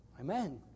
Amen